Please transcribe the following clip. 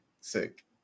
sick